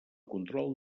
control